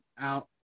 out